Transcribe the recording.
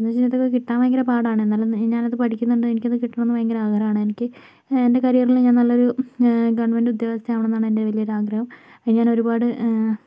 എന്ന് വച്ചാൽ ഇത് കിട്ടാൻ ഭയങ്കര പാടാണ് എന്നാലും ഇനി ഞാൻ അത് പഠിക്കുന്നുണ്ട് എനിക്ക് അത് കിട്ടണമെന്ന് ഭയങ്കര ആഗ്രഹം ആണ് എനിക്ക് എൻ്റെ കരിയറില് ഞാൻ നല്ലൊരു ഗവൺമെൻറ്റ് ഉദ്യോഗസ്ഥ ആവണന്ന് ആണ് എൻ്റെ വലിയ ഒര് ആഗ്രഹം അതിന് ഞാൻ ഒരുപാട്